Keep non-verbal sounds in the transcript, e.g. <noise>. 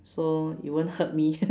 so it won't hurt me <laughs>